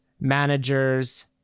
managers